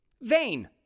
Vain